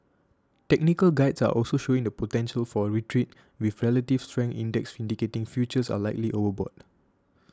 technical guides are also showing the potential for a retreat with relative strength index indicating futures are likely overbought